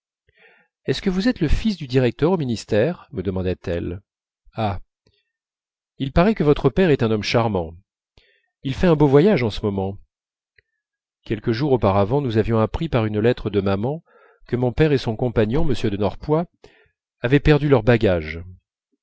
est-ce que vous êtes le fils du directeur au ministère me demanda-t-elle ah il paraît que votre père est un homme charmant il fait un bien beau voyage en ce moment quelques jours auparavant nous avions appris par une lettre de maman que mon père et son compagnon m de norpois avaient perdu leurs bagages